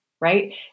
Right